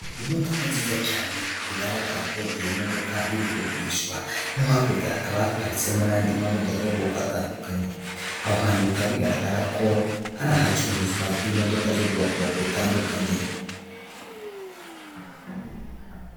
Imodoka nziza cyane bigaragara ko iyo modoka iri kugurishwa, no hakurya hakaba haparitsemo n'andi mamodoka y'ubwoko atandukanye, aho hantu bikaba bigaragara ko ari ahacururizwa imodoka z'ubwoko butandukanye.